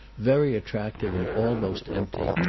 very attractive and almost empty,